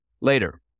Later